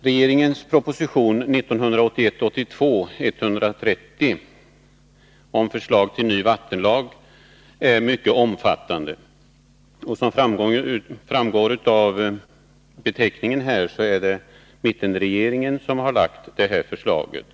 Regeringens proposition 1981/82:130 om förslag till ny vattenlag m.m. är mycket omfattande. Som framgår av propositionens beteckning är det mittenregeringen som lagt fram det här förslaget.